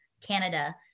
Canada